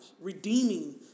Redeeming